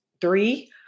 three-